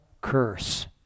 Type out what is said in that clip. curse